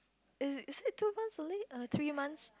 is is it two months only err three months